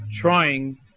trying